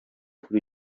kuri